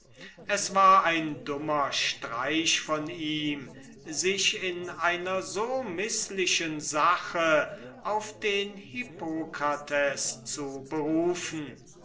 es war ein dummer streich von ihm sich in einer so mißlichen sache auf den hippokrates zu berufen